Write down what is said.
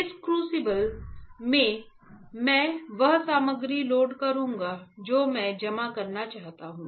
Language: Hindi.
इस क्रूसिबल में मैं वह सामग्री लोड करूंगा जो मैं जमा करना चाहता हूं